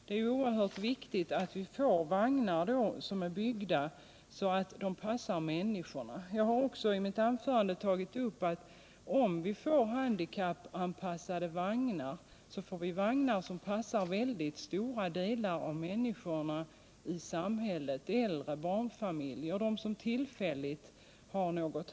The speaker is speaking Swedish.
Det är oerhört viktigt att vi då får vagnar som är byggda så att de passar människorna. Jag har också i mitt anförande tagit upp att om vi får handikappanpassade vagnar så får vi vagnar som passar en mycket stor del av befolkningen i samhället — äldre, barnfamiljer och de som tillfälligt har handikapp.